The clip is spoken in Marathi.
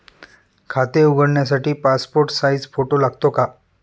खाते उघडण्यासाठी पासपोर्ट साइज फोटो लागतो का?